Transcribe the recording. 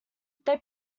they